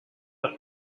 are